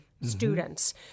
students